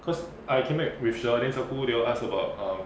cause I came back with sher then sher pool they all ask about um